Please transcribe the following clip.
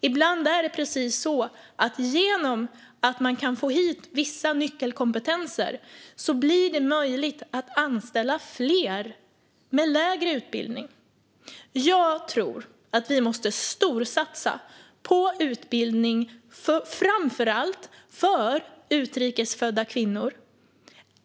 Ibland är det precis så att det är genom att vi får hit vissa nyckelkompetenser som det blir möjligt att anställa fler med lägre utbildning. Jag tror att vi måste storsatsa på utbildning för framför allt utrikes födda kvinnor.